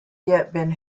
been